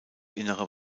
innere